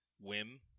whim